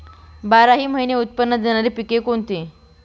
बाराही महिने उत्त्पन्न देणारी पिके कोणती?